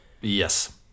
Yes